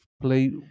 play